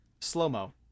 Slow-mo